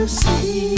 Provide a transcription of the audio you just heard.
see